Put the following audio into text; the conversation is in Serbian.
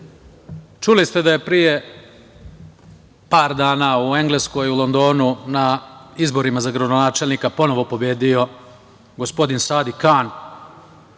čuli ste da je pre par dana u Engleskoj, u Londonu, na izborima za gradonačelnika ponovo pobedio gospodin Sadik Kan,